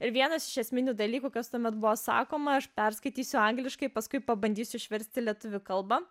ir vienas iš esminių dalykų kas tuomet buvo sakoma aš perskaitysiu angliškai paskui pabandysiu išverst į lietuvių kalbą